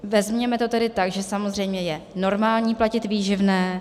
Vezměme to tedy tak, že samozřejmě je normální platit výživné.